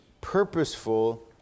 purposeful